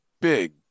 big